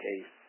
case